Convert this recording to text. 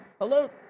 Hello